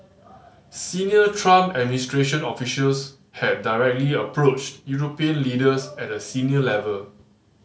Senior Trump administration officials had directly approached European leaders at a senior level